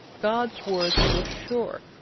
god's words were sure.